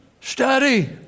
Study